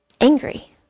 angry